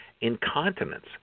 Incontinence